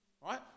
right